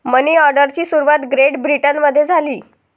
मनी ऑर्डरची सुरुवात ग्रेट ब्रिटनमध्ये झाली